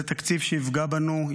זה תקציב שיפגע בנו,